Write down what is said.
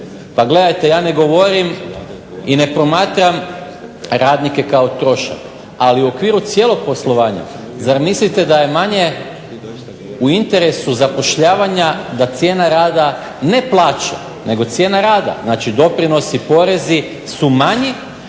pa gledajte ja ne govorim i ne promatram radnike kao trošak, ali u okviru cijelog poslovanja zar mislite da je manje u interesu zapošljavanja da cijena rada, ne plaće nego cijena rada, znači doprinosi, porezi su manji